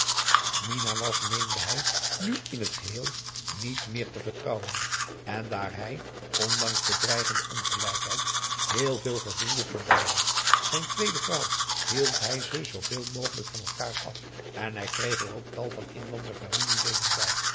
minah was meende hij nu in het geheel niet meer te vertrouwen en daar hij ondanks de dreigende ongelijkheid heel veel gevoelde voor dailah zijn tweede vrouw hield hij ze zooveel mogelijk van elkaar af en hij kreeg er ook tal van inlandsche familieleden bij